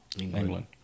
England